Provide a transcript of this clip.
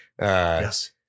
Yes